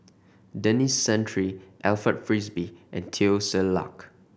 Denis Santry Alfred Frisby and Teo Ser Luck